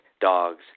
dogs